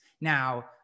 Now